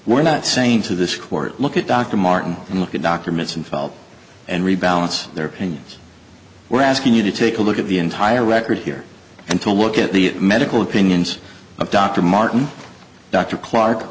we're not saying to this court look at dr martin and look at documents and file and rebalance their opinions we're asking you to take a look at the entire record here and to look at the medical opinions of dr martin dr clark